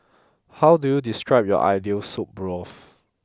how do you describe your ideal soup broth